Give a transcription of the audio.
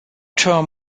term